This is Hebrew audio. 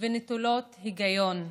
ונטולות היגיון,